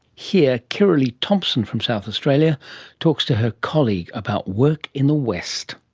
here kirrilly thompson from south australia talks to her colleague about work in the west.